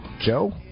Joe